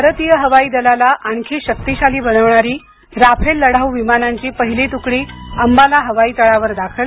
भारतीय हवाई दलाला आणखी शक्तीशाली बनवणारी राफेल लढाऊ विमानांची पहिली तुकडी अंबाला हवाई तालावर दाखल